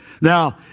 Now